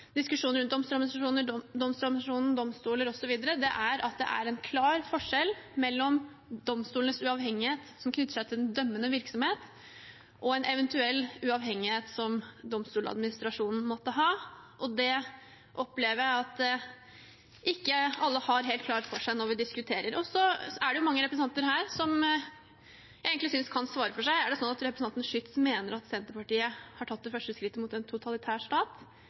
diskusjonen rundt Domstoladministrasjonen og domstoler osv., er at det er en klar forskjell mellom domstolenes uavhengighet som knytter seg til den dømmende virksomheten, og en eventuell uavhengighet som Domstoladministrasjonen måtte ha. Det opplever jeg at ikke alle har helt klart for seg når vi diskuterer. Så er det mange representanter her som jeg egentlig synes kan svare for seg. Er det sånn at representanten Schytz mener at Senterpartiet har tatt det første skrittet mot en totalitær stat